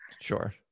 sure